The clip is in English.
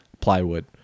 plywood